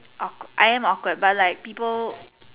I'm awkward but like people